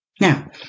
Now